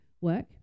work